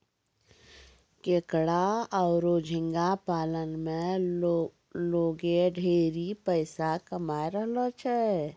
केकड़ा आरो झींगा पालन में लोगें ढेरे पइसा कमाय रहलो छै